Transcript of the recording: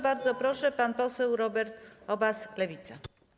Bardzo proszę, pan poseł Robert Obaz, Lewica.